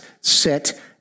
sit